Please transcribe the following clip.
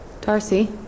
Darcy